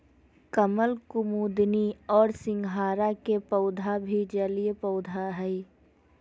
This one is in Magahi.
कमल, कुमुदिनी और सिंघाड़ा के पौधा भी जलीय पौधा हइ